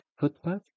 footpath